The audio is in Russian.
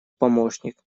помощник